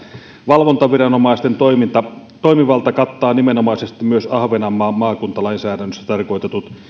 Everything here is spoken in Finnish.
valvontaviranomaisten toimivalta kattaa nimenomaisesti myös ahvenanmaan maakuntalainsäädännössä tarkoitetut